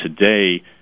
today